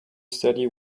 steady